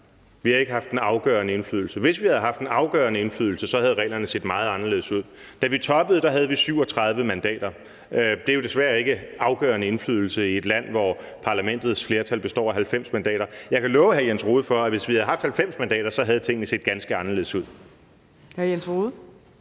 Vi har ikke haft en afgørende indflydelse. Hvis vi havde haft en afgørende indflydelse, havde reglerne set meget anderledes ud. Da vi toppede, havde vi 37 mandater, og det giver jo desværre ikke afgørende indflydelse i et land, hvor parlamentets flertal består af 90 mandater. Jeg kan love hr. Jens Rohde for, at hvis vi havde haft 90 mandater, havde tingene set ganske anderledes ud.